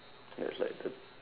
that's like